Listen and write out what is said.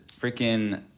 freaking